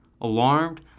Alarmed